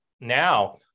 now